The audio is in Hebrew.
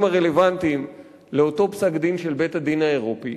הרלוונטיים לאותו פסק-דין של בית-הדין האירופי,